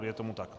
Je tomu tak?